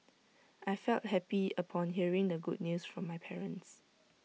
I felt happy upon hearing the good news from my parents